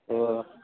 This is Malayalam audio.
ഓ